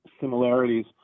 similarities